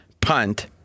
punt